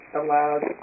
allowed